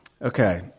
Okay